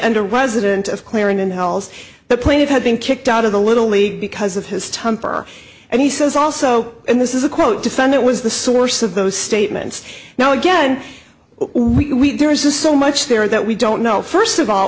and a resident of clearing in hell's the plane it had been kicked out of the little league because of his temper and he says also and this is a quote defendant was the source of those statements now again we there is so much there that we don't know first of all